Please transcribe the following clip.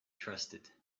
trusted